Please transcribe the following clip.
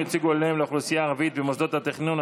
ייצוג הולם לאוכלוסייה הערבית במוסדות התכנון),